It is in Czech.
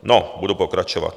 No, budu pokračovat.